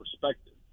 perspective